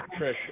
Trish